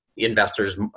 investors